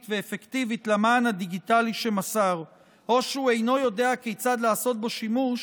ואפקטיבית למען הדיגיטלי שמסר או שהוא אינו כיצד לעשות בו שימוש,